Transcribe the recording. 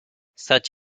such